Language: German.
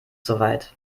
soweit